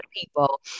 people